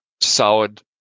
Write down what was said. solid